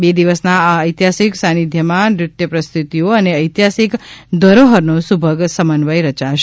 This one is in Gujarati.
બે દિવસના આ ઐતિહાસિક સાન્નિધ્યમાં નૃત્યપ્રસ્તતિઓ અને ઐતિહાસિક ધરોહરનો સુભગમ સમન્વય રચાશે